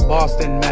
Boston